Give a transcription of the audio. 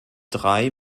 drei